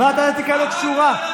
ועדת האתיקה לא קשורה.